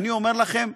אני אומר לכם,